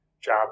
job